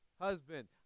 Husband